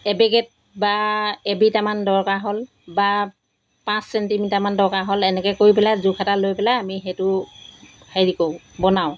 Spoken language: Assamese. এবেগেত বা এবিটামান দৰকাৰ হ'ল বা পাঁচ ছেণ্টিমিটাৰমান দৰকাৰ হ'ল এনেকৈ কৰি পেলাই জোখ এটা লৈ পেলাই আমি সেইটো হেৰি কৰোঁ বনাওঁ